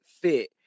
fit